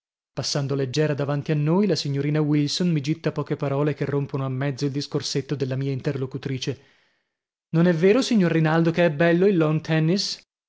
passando leggera davanti a noi la signorina wilson mi gitta poche parole che rompono a mezzo il discorsetto della mia interlocutrice non è vero signor rinaldo che è bello il lawn tennis